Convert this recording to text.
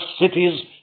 cities